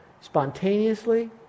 Spontaneously